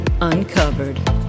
Uncovered